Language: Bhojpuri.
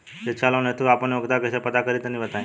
शिक्षा लोन हेतु हम आपन योग्यता कइसे पता करि तनि बताई?